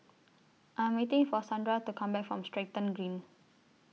I Am waiting For Sandra to Come Back from Stratton Green